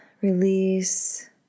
release